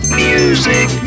music